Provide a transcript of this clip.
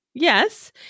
Yes